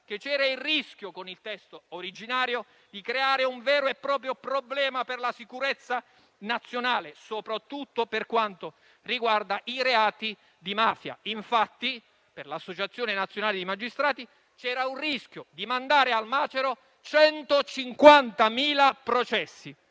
che c'era il rischio, con il testo originario, di creare un vero e proprio problema per la sicurezza nazionale, soprattutto per quanto riguarda i reati di mafia. Per l'Associazione nazionale dei magistrati, infatti, c'era il rischio di mandare al macero 150.000 processi.